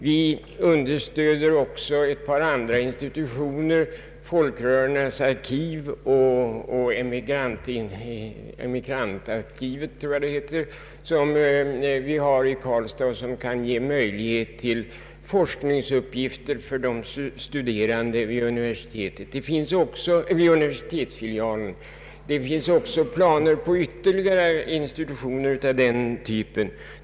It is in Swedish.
Vi understöder också ett par andra institutioner, nämligen Folkrörelsernas arkiv och Emigrantregistret, som vi har i Karlstad och som kan ge forskningsuppgifter åt de studerande vid univer sitetsfilialen. Det finns också planer på ytterligare institutioner av den typen.